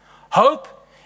Hope